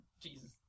Jesus